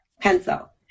Pencil